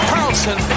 Carlson